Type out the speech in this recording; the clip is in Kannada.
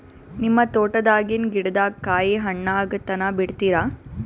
ನಿಮ್ಮ ತೋಟದಾಗಿನ್ ಗಿಡದಾಗ ಕಾಯಿ ಹಣ್ಣಾಗ ತನಾ ಬಿಡತೀರ?